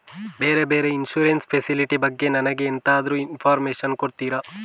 ಬೇರೆ ಬೇರೆ insurance facility ಬಗ್ಗೆ ನನಗೆ ಎಂತಾದ್ರೂ ಇನ್ಫೋರ್ಮೇಷನ್ ಕೊಡ್ತೀರಾ?